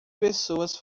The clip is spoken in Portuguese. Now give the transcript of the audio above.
pessoas